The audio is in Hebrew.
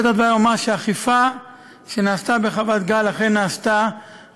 לפני דברי אומר שהאכיפה שנעשתה בחוות-גל אכן נעשתה